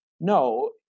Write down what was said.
No